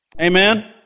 Amen